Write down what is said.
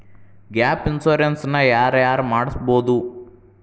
Gap insurance ನ ಯಾರ್ ಯಾರ್ ಮಡ್ಸ್ಬೊದು?